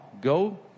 go